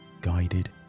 guided